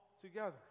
together